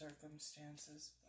circumstances